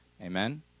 amen